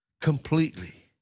completely